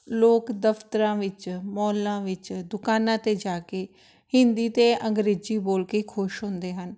ਲੋਕ ਦਫ਼ਤਰਾਂ ਵਿੱਚ ਮੌਲਾਂ ਵਿੱਚ ਦੁਕਾਨਾਂ 'ਤੇ ਜਾ ਕੇ ਹਿੰਦੀ ਅਤੇ ਅੰਗਰੇਜ਼ੀ ਬੋਲ ਕੇ ਖੁਸ਼ ਹੁੰਦੇ ਹਨ